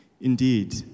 Indeed